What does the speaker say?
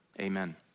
amen